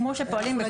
כמו שפועלים בכל ועדה.